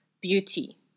beauty